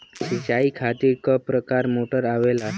सिचाई खातीर क प्रकार मोटर आवेला?